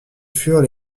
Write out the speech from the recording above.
furent